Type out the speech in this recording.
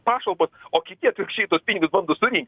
pašalpos o kiti atvirkščiai tuos pinigus bando surinkt